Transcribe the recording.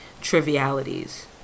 trivialities